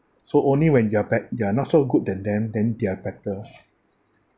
so only when you're bet~ you're not so good than them then they're better